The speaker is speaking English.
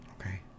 okay